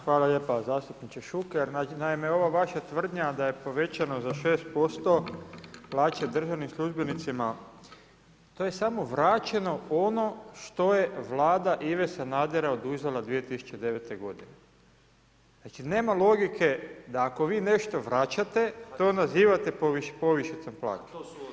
Hvala lijepo zastupniče Šuker, naime, ova vaša tvrdnja da je povećano za 6% plaće državnim službenicima, to je samo vraćeno ono što je vlada Ive Sanadera oduzela 2009. g. Znači nema logike da ako vi nešto vraćate to nazivate povišicom plaće.